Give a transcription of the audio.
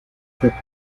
fue